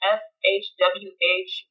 shwh